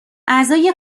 اعضای